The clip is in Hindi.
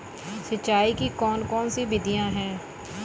सिंचाई की कौन कौन सी विधियां हैं?